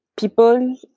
people